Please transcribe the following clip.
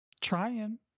trying